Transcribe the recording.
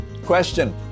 question